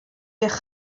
eich